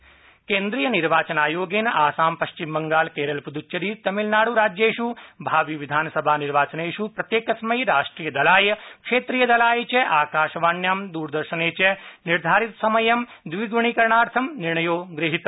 निर्वाचनायोग केन्द्रीय निर्वाचनायोगेन आसाम पश्चिम बंगाल केरल पुदच्चेरी तमिलनाड़ राज्येष भावि विधानसभानिर्वाचनेष् प्रत्येकस्मै राष्ट्रियदलाय क्षेत्रीयदलाय च आकाशवाण्यां दूरदर्शने च निर्धारितसमयं द्विगुणीकरणार्थं निर्णयो गृहीतः